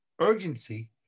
urgency